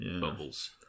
bubbles